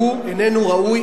שהוא איננו ראוי,